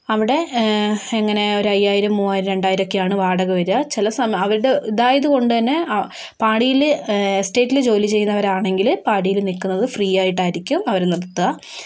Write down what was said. അവിടെ എങ്ങനെ ഒരു അയ്യായിരം മൂവായിരം രണ്ടായിരം ഒക്കെയാണ് വാടക വരുക ചില സമ അവരുടെ ഇതായതുകൊണ്ട് തന്നെ പാടിയിൽ എസ്റ്റേറ്റിൽ ജോലി ചെയ്യുന്നവരാണെങ്കില് പാടിയിൽ നില്കുന്നത് ഫ്രീയായിട്ടായിരിക്കും അവര് നിർത്തുക